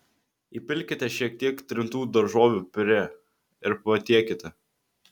įpilkite šiek tiek trintų daržovių piurė ir patiekite